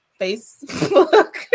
Facebook